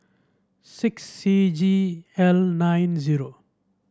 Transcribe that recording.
six C G L nine zero